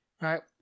Right